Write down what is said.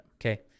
Okay